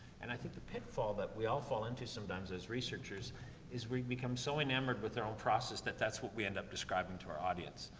and i think the pitfall that we all fall into sometimes as researchers is where you become so enamoured with their own process that that's what we end up describing to our audience.